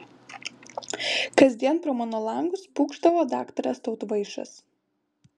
kasdien pro mano langus pūkšdavo daktaras tautvaišas